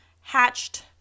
hatched